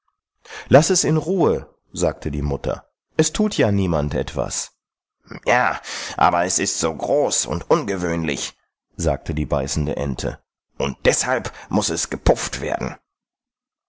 laß es in ruhe sagte die mutter es thut ja niemand etwas ja aber es ist so groß und ungewöhnlich sagte die beißende ente und deshalb muß es gepufft werden